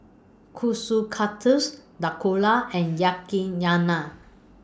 Kushikatsu Dhokla and Yakizakana